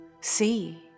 see